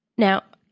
now,